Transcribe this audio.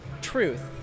truth